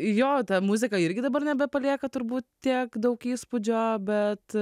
jo muzika irgi dabar nebepalieka turbūt tiek daug įspūdžio bet